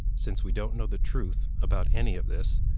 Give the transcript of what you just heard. since we don't know the truth about any of this,